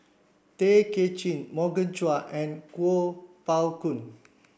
Tay Kay Chin Morgan Chua and Kuo Pao Kun